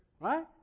Right